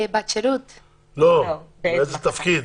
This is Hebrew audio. באיזה תפקיד?